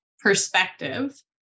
perspective